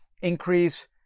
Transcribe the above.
increase